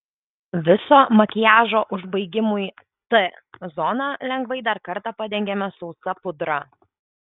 viso makiažo užbaigimui t zoną lengvai dar kartą padengiame sausa pudra